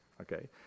Okay